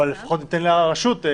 אבל לפחות ניתן לרשות.